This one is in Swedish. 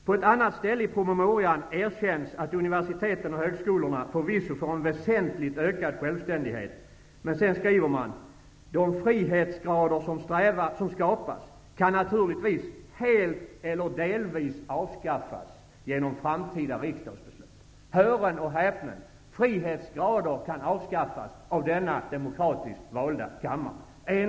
På ett annat ställe i promemorian erkänns att universiteten och högskolorna förvisso får en väsentligt ökad självständighet, men sedan skriver man: ''De frihetsgrader som skapas kan naturligtvis helt eller delvis avskaffas genom framtida riksdagsbeslut.'' Hör och häpna! Frihetsgrader kan enligt Utbildningsdepartementet avskaffas av denna demokratiskt valda kammare!